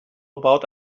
about